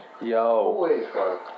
Yo